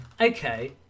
okay